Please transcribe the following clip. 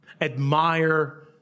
admire